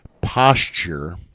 posture